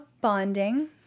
bonding